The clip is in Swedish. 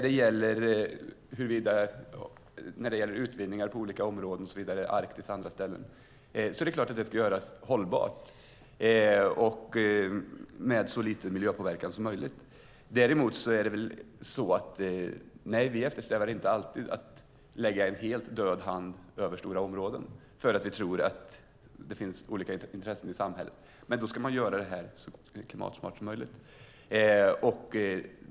Det är klart att utvinning på olika områden i Arktis och på andra ställen ska göras på ett hållbart sätt med så lite miljöpåverkan som möjligt. Däremot eftersträvar vi inte alltid att man ska lägga en helt död hand över stora områden för att vi tror att det finns olika intressen i samhället. Men då ska man göra detta så klimatsmart som möjligt.